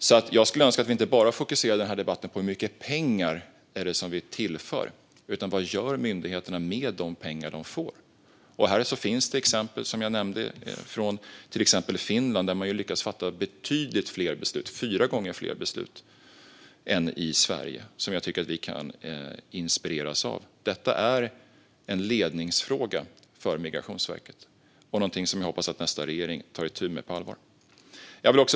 Jag skulle därför önska att vi inte bara fokuserade den här debatten på hur mycket pengar vi tillför utan också på vad myndigheten gör med de pengar som den får. Här finns det exempel som jag nämnde från till exempel Finland, där man lyckas fatta fyra gånger fler beslut än i Sverige och som jag tycker att vi kan inspireras av. Detta är en ledningsfråga för Migrationsverket och någonting som jag hoppas att nästa regering tar itu med på allvar.